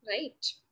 right